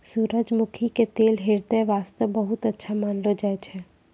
सूरजमुखी के तेल ह्रदय वास्तॅ बहुत अच्छा मानलो जाय छै